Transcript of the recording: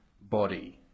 body